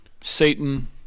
Satan